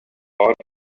part